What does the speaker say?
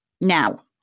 Now